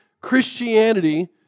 Christianity